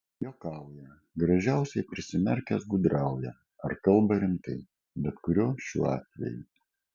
juokauja gražiausiai prisimerkęs gudrauja ar kalba rimtai bet kuriuo šių atvejų